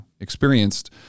experienced